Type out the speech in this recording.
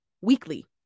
weekly